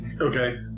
Okay